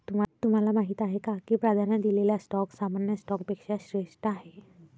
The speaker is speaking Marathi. तुम्हाला माहीत आहे का की प्राधान्य दिलेला स्टॉक सामान्य स्टॉकपेक्षा श्रेष्ठ आहे?